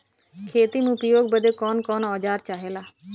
खेती में उपयोग बदे कौन कौन औजार चाहेला?